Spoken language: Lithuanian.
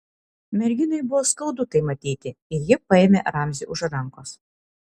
merginai buvo skaudu tai matyti ir ji paėmė ramzį už rankos